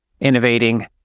innovating